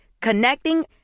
Connecting